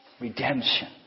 redemption